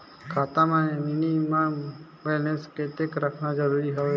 खाता मां minimum balance कतेक रखना जरूरी हवय?